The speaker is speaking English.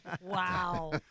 Wow